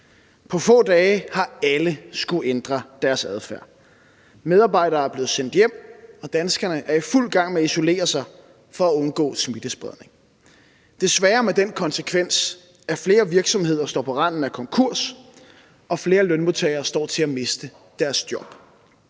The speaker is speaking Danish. På få dage har alle skullet ændre deres adfærd. Medarbejdere er blevet sendt hjem, og danskerne er i fuld gang med at isolere sig for at undgå smittespredning, desværre med den konsekvens, at flere virksomheder står på randen af konkurs, og at flere lønmodtagere står til at miste deres job.